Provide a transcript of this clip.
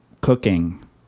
cooking